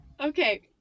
okay